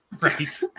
Right